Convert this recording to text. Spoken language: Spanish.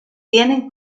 tienen